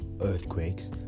earthquakes